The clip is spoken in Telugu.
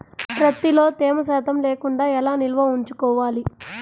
ప్రత్తిలో తేమ శాతం లేకుండా ఎలా నిల్వ ఉంచుకోవాలి?